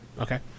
Okay